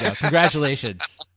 Congratulations